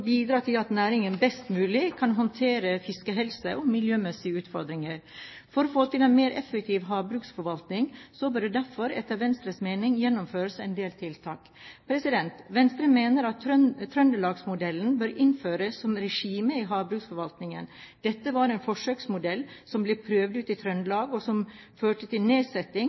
til at næringen best mulig kan håndtere fiskehelse og miljømessige utfordringer. For å få til en mer effektiv havbruksforvaltning bør det derfor etter Venstres mening gjennomføres en del tiltak. Venstre mener at trøndelagsmodellen bør innføres som regime i havbruksforvaltningen. Dette var en forsøksmodell som ble prøvd ut i Trøndelag, og som førte til nedsetting